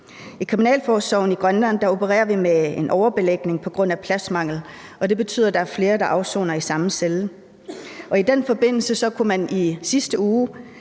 I kriminalforsorgen i Grønland opererer vi med en overbelægning på grund af pladsmangel, og det betyder, at der er flere, der afsoner i samme celle. I den forbindelse kunne man i Grønland